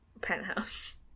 penthouse